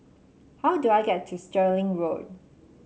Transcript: how do I get to Stirling Road